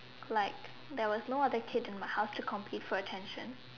like there was no other kid in my house to compete for attention